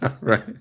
right